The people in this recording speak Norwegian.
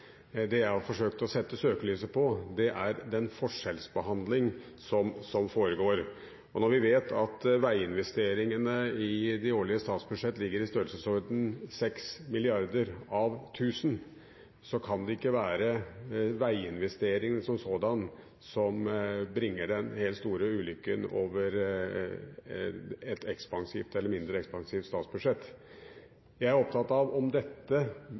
Det jeg har forsøkt å sette søkelyset på, er den forskjellsbehandling som foregår. Når vi vet at veiinvesteringene i de årlige statsbudsjett ligger i størrelsesordenen 6 mrd. kr av 1 000 mrd. kr, kan det ikke være veiinvesteringene som sådanne som bringer den helt store ulykken over et ekspansivt eller mindre ekspansivt statsbudsjett. Jeg er opptatt av om dette